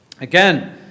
Again